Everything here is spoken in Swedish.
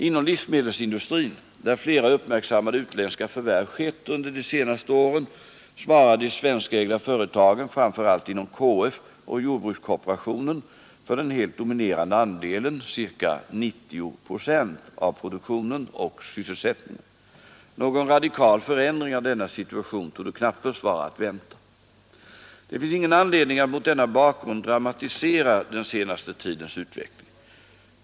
Inom livsmedelsindustrin — där flera uppmärksammade utländska förvärv skett under de senaste åren — svarar de svenskägda företagen, framför allt inom KF och jordbrukskooperationen, för den helt dominerande andelen — ca 90 procent — av produktionen och sysselsättningen. Någon radikal förändring av denna situation torde knappast vara att vänta. Det finns ingen anledning att mot denna bakgrund dramatisera den senaste tidens utveckling.